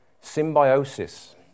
Symbiosis